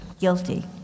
guilty